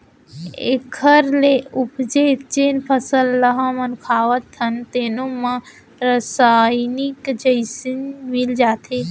एखर ले उपजे जेन फसल ल हमन खावत हन तेनो म रसइनिक जिनिस मिल जाथे